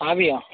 हाँ भैया